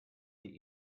die